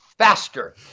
Faster